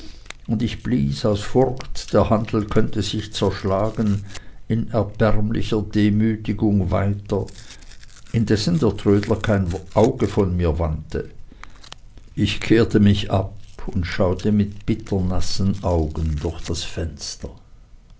und ich blies aus furcht der handel könnte sich zerschlagen in erbärmlicher demütigung weiter indessen der trödler kein auge von mir wandte ich kehrte mich ab und schaute mit bitter nassen augen durch das fenster